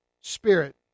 Spirit